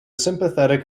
sympathetic